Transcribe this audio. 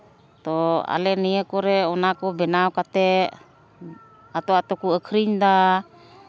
ᱛᱳ ᱟᱞᱮ ᱟᱞᱮ ᱱᱤᱭᱟᱹ ᱠᱚᱨᱮᱫ ᱚᱱᱟ ᱠᱚ ᱵᱮᱱᱟᱣ ᱠᱟᱛᱮᱫ ᱟᱛᱳ ᱟᱛᱳ ᱠᱚ ᱟᱹᱠᱷᱨᱤᱧᱫᱟ